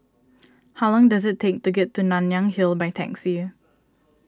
how long does it take to get to Nanyang Hill by taxi